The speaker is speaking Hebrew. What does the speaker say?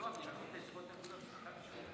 ברשותכם אני רוצה להתייחס לא לחוק עצמו אלא למה שמעורר החוק,